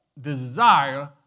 desire